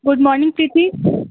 good morning Preeti